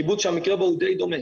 קיבוץ שהמקרה בו הוא די דומה,